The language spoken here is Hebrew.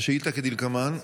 השאילתה היא כדלקמן: